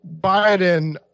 Biden